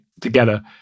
together